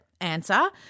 answer